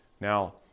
Now